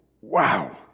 wow